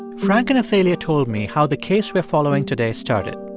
and frank and athalia told me how the case we're following today started.